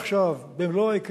מחירי האנרגיה המתחדשת,